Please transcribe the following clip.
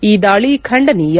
ಈ ದಾಳಿ ಖಂಡನೀಯ